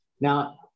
Now